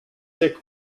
sick